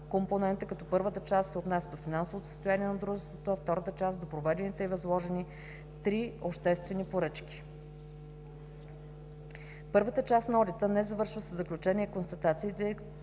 компонента, като първата част се отнася до финансовото състояние на дружеството, а втората част -до проведените и възложени три обществени поръчки. Първата част на одита не завършва със заключение и констатации,